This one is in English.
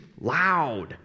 loud